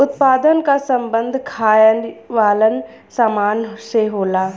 उत्पादन क सम्बन्ध खाये वालन सामान से होला